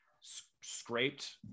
scraped